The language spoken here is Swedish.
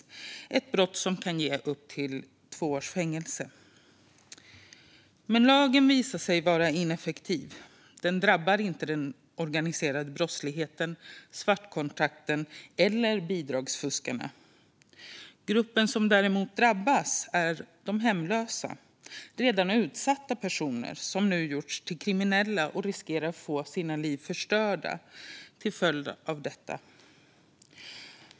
Det är ett brott som kan leda till upp till två års fängelse. Men lagen har visat sig vara ineffektiv. Den drabbar inte den organiserade brottsligheten eller bidragsfuskarna, och den får ingen effekt när det gäller svartkontrakten. Den grupp som däremot drabbas är de hemlösa, redan utsatta personer. De har nu gjorts till kriminella och riskerar att få sina liv förstörda till följd av detta.